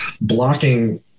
blocking